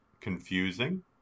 confusing